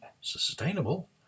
sustainable